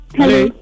Hello